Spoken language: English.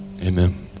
Amen